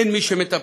אין מי שמטפל.